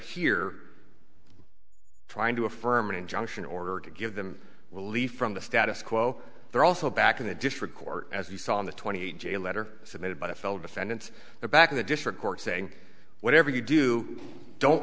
here trying to affirm an injunction order to give them relief from the status quo they're also back in the district court as you saw in the twenty eight jail letter submitted by a fellow defendant there back in the district court saying whatever you do don't